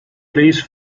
please